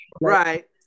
right